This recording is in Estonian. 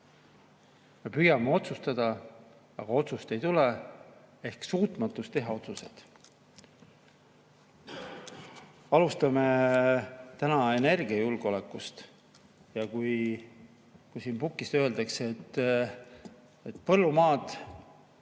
me püüame otsustada, aga otsust ei tule ehk on suutmatus teha otsuseid. Alustame energiajulgeolekust. Siit puldist öeldakse, et põllumaad